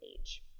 age